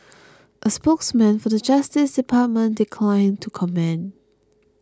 a spokesman for the Justice Department declined to comment